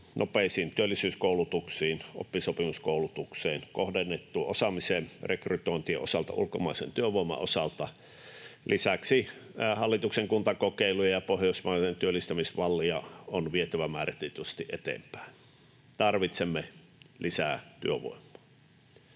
nopeisiin työllisyyskoulutuksiin, oppisopimuskoulutukseen, kohdennettuun osaamiseen rekrytointien osalta, ulkomaisen työvoiman osalta. Lisäksi hallituksen kuntakokeilua ja pohjoismaista työllistämismallia on vietävä määrätietoisesti eteenpäin. Tarvitsemme lisää työvoimaa.